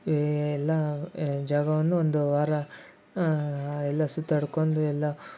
ಏ ಎಲ್ಲ ಜಾಗವನ್ನು ಒಂದು ವಾರ ಎಲ್ಲ ಸುತ್ತಾಡ್ಕೊಂಡು ಎಲ್ಲ